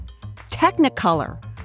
technicolor